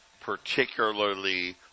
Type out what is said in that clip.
particularly